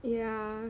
yeah